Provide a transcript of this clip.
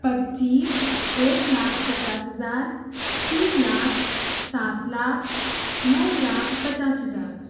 پچیس ایک لاکھ پچاس ہزار تین لاکھ سات لاکھ نو لاکھ پچاس ہزار